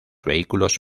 vehículos